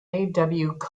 combs